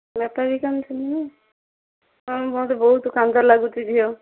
ବାପା ବି କାନ୍ଦୁଛନ୍ତି ନା ହଁ ମୋତେ ବହୁତ କାନ୍ଦ ଲାଗୁଛି ଝିଅ